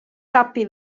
sappi